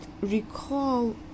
recall